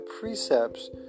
precepts